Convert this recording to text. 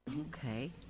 okay